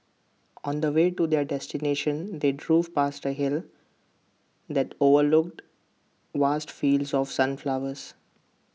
on the way to their destination they drove past A hill that overlooked vast fields of sunflowers